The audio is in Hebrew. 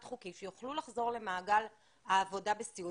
חוקי שיוכלו לחזור למעגל העבודה בסיעוד.